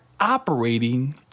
operating